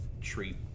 treat